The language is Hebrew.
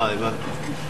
אה, הבנתי.